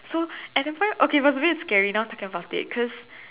so at that point okay a bit scary now that I am thinking about it cause